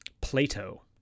Plato